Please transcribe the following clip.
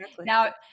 now